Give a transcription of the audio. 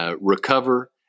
recover